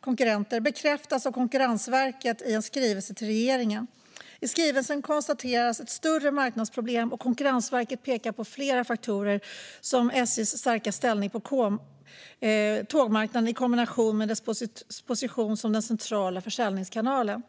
konkurrenter bekräftas av Konkurrensverket i en skrivelse till regeringen. I skrivelsen konstateras ett större marknadsproblem, och Konkurrensverket pekar på flera faktorer som SJ:s starka ställning på tågmarknaden i kombination med dess position som den centrala försäljningskanalen.